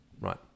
Right